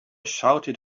shouted